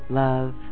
love